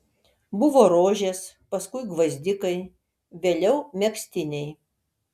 buvo rožės paskui gvazdikai vėliau megztiniai